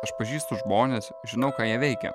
aš pažįstu žmones žinau ką jie veikia